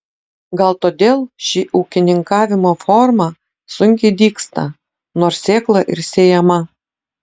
gal todėl ši ūkininkavimo forma sunkiai dygsta nors sėkla ir sėjama